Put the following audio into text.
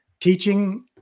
Teaching